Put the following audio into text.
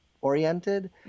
oriented